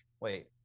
Wait